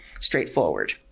straightforward